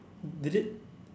did it